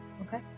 Okay